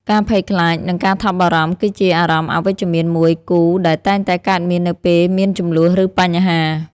ការភ័យខ្លាច និងការថប់បារម្ភ គឺជាអារម្មណ៍អវិជ្ជមានមួយគូដែលតែងកើតមាននៅពេលមានជម្លោះ ឬបញ្ហា។